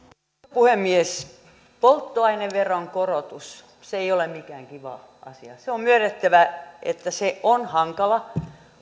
puhemies polttoaineveron korotus ei ole mikään kiva asia on myönnettävä että se on hankala